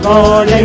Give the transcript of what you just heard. Lord